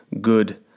good